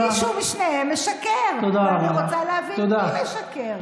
מישהו משניהם משקר, ואני רוצה להבין מי משקר.